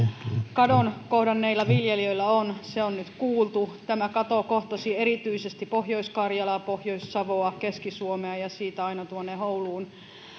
kadon kohdanneilla viljelijöillä on on nyt kuultu tämä kato kohtasi erityisesti pohjois karjalaa pohjois savoa keski suomea ja aluetta siitä aina ouluun